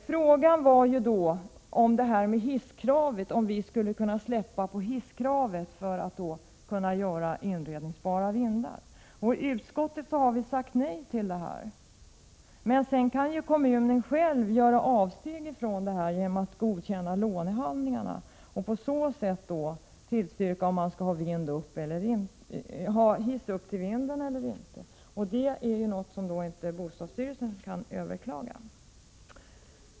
Frågan var om vi skulle kunna släppa på hisskravet för att göra det lättare att inreda vindar. I utskottet har vi sagt nej till detta, men sedan kan ju kommunen göra avsteg från regeln genom att godkänna lånehandlingarna och på så sätt avgöra om man skall ha hiss upp till vinden eller inte. Det är något som bostadsstyrelsen inte kan överklaga.